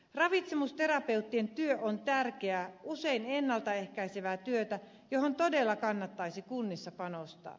ravitsemusterapeuttien työ on tärkeää usein ennalta ehkäisevää työtä johon todella kannattaisi kunnissa panostaa